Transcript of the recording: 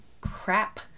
crap